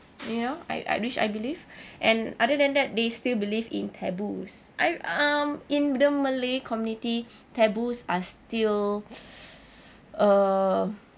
you know I I wish I believe and other than that they still believe in taboos I um in the malay community taboos are still um